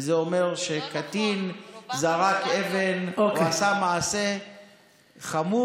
וזה אומר שקטין זרק אבן או עשה מעשה חמור,